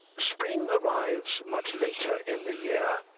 spring arrives much later in the year.